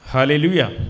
Hallelujah